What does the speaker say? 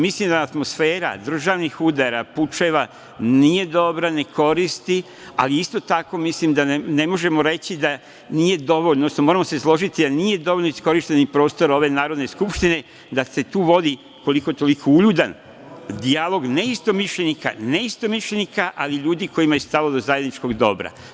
Mislim da atmosfera državnih udara, pučeva nije dobra, ne koristi, ali isto tako mislim da ne možemo reći da nije dovoljno, odnosno moramo se i složiti, jer nije dovoljno iskorišćen prostor ove Narodne skupštine da se tu vodi koliko toliko uljudan dijalog neistomišljenika, ali ljudi kojima je stalo do zajedničkog dobra.